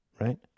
Right